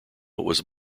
was